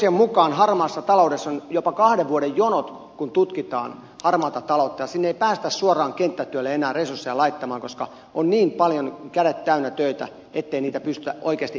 poliisien mukaan harmaassa taloudessa on jopa kahden vuoden jonot kun tutkitaan harmaata taloutta ja sinne ei päästä suoraan kenttätyölle enää resursseja laittamaan koska on niin paljon kädet täynnä töitä ettei niitä pystytä oikeasti ehkäisemään